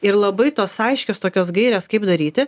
ir labai tos aiškios tokios gairės kaip daryti